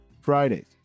Fridays